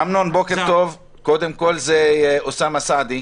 אמנון, בוקר טוב, זה אוסאמה סעדי.